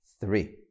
three